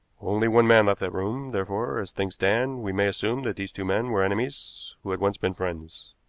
only one man left that room, therefore, as things stand, we may assume that these two men were enemies who had once been friends.